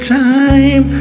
time